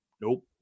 Nope